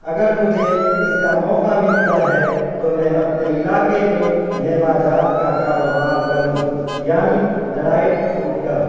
اگر مجھے اس کا موقع ملتا ہے تو میں اپنے علاقے میں میوہ جات کا کاروبار کروں یعنی ڈرائڈ فروٹ کا